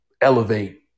elevate